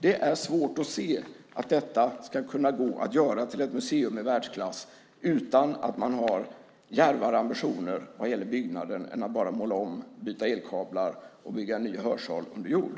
Det är svårt att se att detta ska kunna gå att göra till ett museum i världsklass utan att man har djärvare ambitioner vad gäller byggnaden än att bara måla om, byta elkablar och bygga en ny hörsal under jord.